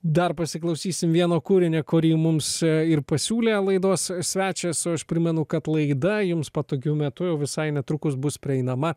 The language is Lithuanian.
dar pasiklausysim vieno kūrinio kurį mums ir pasiūlė laidos svečias o aš primenu kad laida jums patogiu metu jau visai netrukus bus prieinama